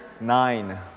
Nine